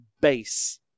base